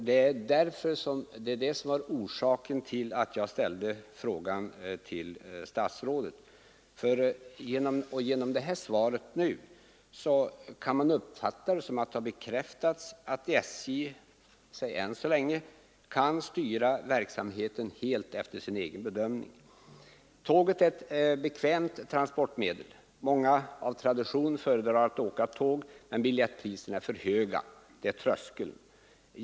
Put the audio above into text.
Detta är orsaken till att jag ställt frågan till statsrådet, och svaret kan uppfattas som en bekräftelse på att SJ åtminstone än så länge kan styra verksamheten helt efter sin egen bedömning. Tåget är ett bekvämt transportmedel. Många föredrar av tradition att åka tåg, men biljettpriserna är för höga — det är tröskeln som hindrar ett större utnyttjande av tåget.